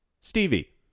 Stevie